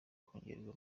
kongererwa